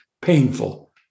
painful